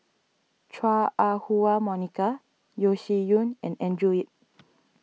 Chua Ah Huwa Monica Yeo Shih Yun and Andrew Yip